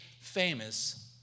famous